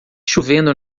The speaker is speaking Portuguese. chovendo